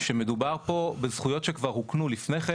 שמדובר פה בזכויות שכבר הוקנו לפני כן.